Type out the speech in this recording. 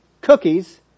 cookies